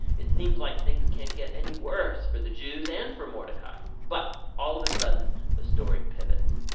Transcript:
it seems like things can't get any worse for the jews and for mordecai. but all of a sudden the story pivots.